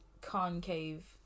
concave